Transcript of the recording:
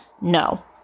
No